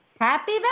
Happy